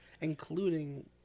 including